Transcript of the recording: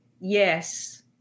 yes